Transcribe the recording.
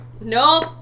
Nope